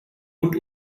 und